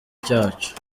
cyacu